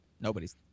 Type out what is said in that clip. Nobody's